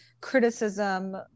criticism